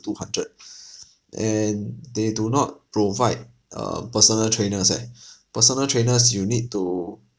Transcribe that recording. two hundred and they do not provide uh personal trainers eh personal trainers you need to